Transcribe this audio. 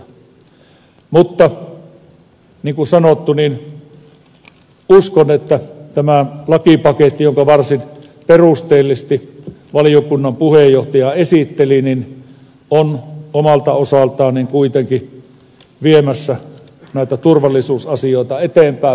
mutta niin kuin sanottu uskon että tämä lakipaketti jonka varsin perusteellisesti valiokunnan puheenjohtaja esitteli on omalta osaltaan kuitenkin viemässä näitä turvallisuusasioita eteenpäin